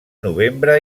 novembre